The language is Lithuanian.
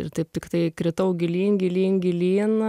ir taip tiktai kritau gilyn gilyn gilyn